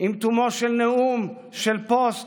עם תומו של נאום, של פוסט,